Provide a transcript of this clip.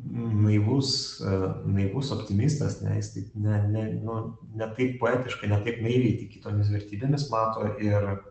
naivus e naivus optimistas tenais taip ne ne nu ne taip poetiškai ne taip naiviai tiki tomis vertybėmis mato ir